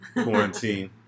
quarantine